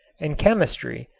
and chemistry,